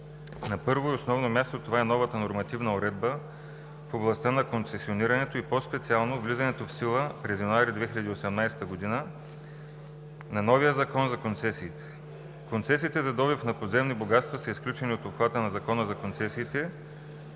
На първо и основно място това е новата нормативна уредба в областта на концесионирането и по-специално – влизането в сила през януари 2018 г. на новия Закон за концесиите. Концесиите за добив на подземни богатства са изключени от обхвата на Закона за концесиите,